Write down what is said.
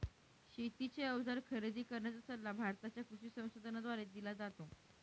शेतीचे अवजार खरेदी करण्याचा सल्ला भारताच्या कृषी संसाधनाद्वारे दिला जातो